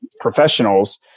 professionals